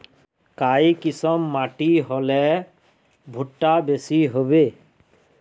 काई किसम माटी होले भुट्टा बेसी होबे?